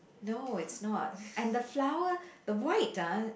no it's not and the flower the white ah